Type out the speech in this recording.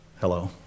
Hello